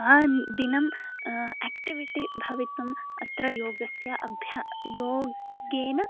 आदिनम् आक्टिविटि भवितुम् अत्र योगस्य अभ्यासं योगेन